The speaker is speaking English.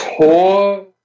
tore